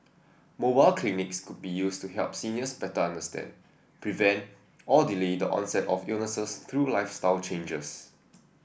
mobile clinics could be used to help seniors better understand prevent or delay the onset of illnesses through lifestyle changes